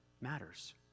matters